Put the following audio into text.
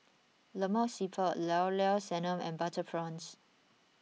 Lemak Siput Llao Llao Sanum and Butter Prawns